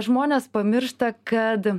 žmonės pamiršta kad